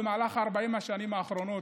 במהלך 40 השנים האחרונות,